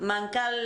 מנכ"ל